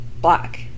black